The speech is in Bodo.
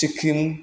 सिक्किम